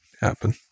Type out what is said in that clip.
happen